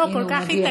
לא, הוא כל כך התעקש